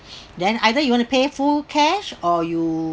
then either you want to pay full cash or you